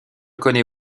connaît